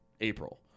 April